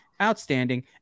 Outstanding